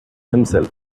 himself